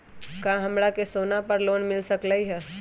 का हमरा के सोना पर लोन मिल सकलई ह?